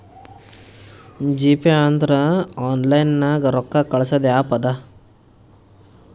GPay ಅಂದುರ್ online ನಾಗ್ ರೊಕ್ಕಾ ಕಳ್ಸದ್ ಆ್ಯಪ್ ಅದಾ